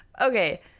Okay